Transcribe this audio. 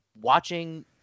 watching